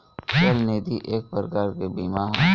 चल निधि एक प्रकार के बीमा ह